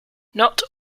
not